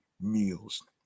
meals